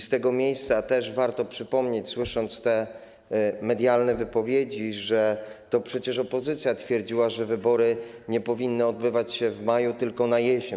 Z tego miejsca warto przypomnieć, słysząc te medialne wypowiedzi, że to przecież opozycja twierdziła, że wybory nie powinny odbywać się w maju, tylko na jesieni.